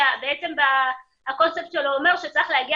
שבעצם הקונספט שלו אומר שצריך להגיע